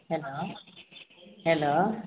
hello hello